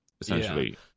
essentially